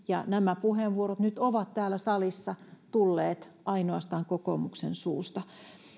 ja nämä puheenvuorot nyt ovat täällä salissa tulleet ainoastaan kokoomuksen suusta